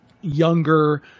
younger